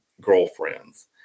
girlfriends